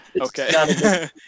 Okay